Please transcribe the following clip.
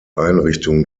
einrichtung